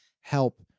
help